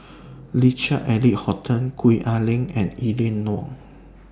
Richard Eric Holttum Gwee Ah Leng and Eleanor Wong